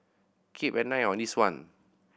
keep an eye on this one